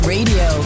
Radio